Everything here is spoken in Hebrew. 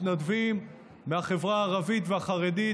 מתנדבים מהחברה הערבית והחרדית,